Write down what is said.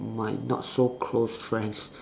my not so close friends